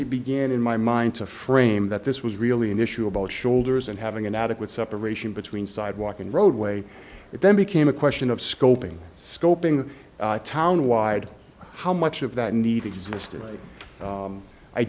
b began in my mind to frame that this was really an issue about shoulders and having an adequate separation between sidewalk and roadway it then became a question of scoping scoping the town wide how much of that need existed